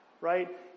right